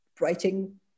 writing